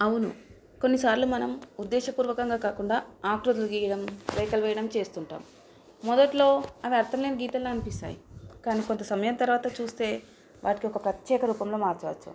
అవును కొన్నిసార్లు మనం ఉద్దేశపూర్వకంగా కాకుండా ఆకృతులు గీయడం రేఖలు వెయ్యడం చేస్తుంటాము మొదట్లో అవి అర్థం లేని గీతల్లో అనిపిస్తాయి కానీ కొంత సమయం తరువాత చూస్తే వాటికి ఒక ప్రత్యేక రూపంలో మార్చవచ్చు